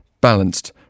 balanced